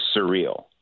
surreal